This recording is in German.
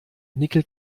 nickel